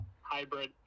hybrid